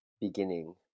beginning